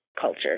culture